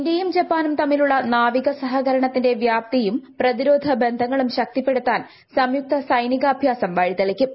ഇന്ത്യയും ജപ്പാനും തമ്മിലുള്ള നാവിക സഹകരണത്തിന്റെ വ്യാപ്തിയും പ്രതിരോധബന്ധങ്ങളും ശക്തിപ്പെടുത്താൻ സംയുക്ത സൈനിക അഭ്യാസം വഴിതെളിക്കും